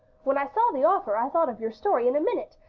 when i saw the offer i thought of your story in a minute,